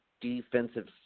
defensive